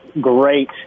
great